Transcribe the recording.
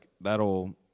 that'll